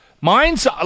Mine's